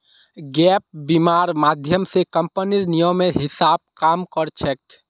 gap बीमा र माध्यम स कम्पनीर नियमेर हिसा ब काम कर छेक